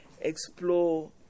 explore